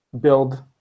build